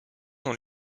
dans